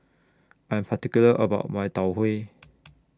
I'm particular about My Tau Huay